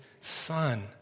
son